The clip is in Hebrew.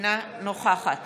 אינה נוכחת